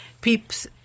peeps